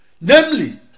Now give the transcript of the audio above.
namely